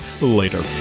later